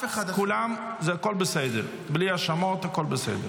כל ההאשמות ההדדיות